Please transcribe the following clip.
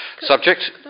subject